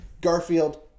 Garfield